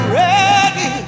ready